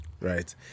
Right